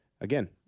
again